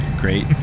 great